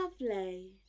Lovely